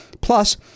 plus